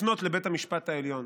לפנות לבית המשפט העליון